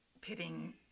pitting